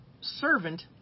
servant